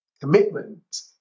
commitment